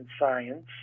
Science